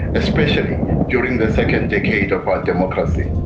especially during the second decade of our democracy.